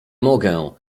mogę